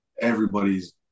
everybody's